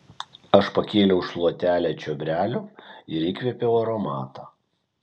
aš pakėliau šluotelę čiobrelių ir įkvėpiau aromatą